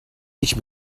teach